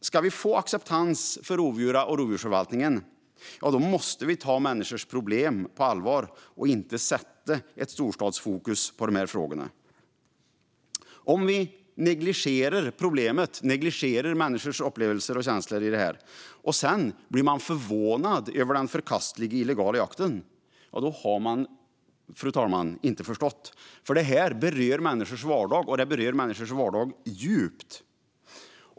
Ska vi få acceptans för rovdjuren och rovdjursförvaltningen måste vi ta människors problem på allvar och inte sätta ett storstadsfokus på frågorna. Om man negligerar problemen, negligerar människors upplevelser och känslor, och sedan blir förvånade över den förkastliga illegala jakten - ja, fru talman, då har man inte förstått. Det här berör människors vardag, och det berör människors vardag djupt.